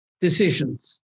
decisions